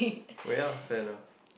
oh yeah fair enough